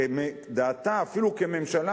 אפילו כממשלה,